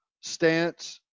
stance